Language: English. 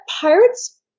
pirates